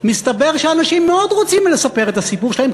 מסתבר שאנשים מאוד רוצים לספר את הסיפור שלהם,